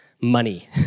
Money